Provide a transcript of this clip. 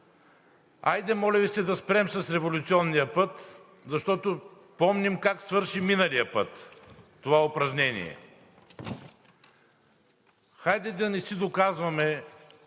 Хайде, моля Ви се, да спрем с революционния път, защото помним как свърши миналия път това упражнение. Хайде да не си доказваме